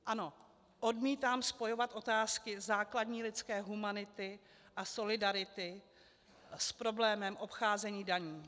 Ano, odmítám spojovat otázky základní lidské humanity a solidarity s problémem obcházení daní.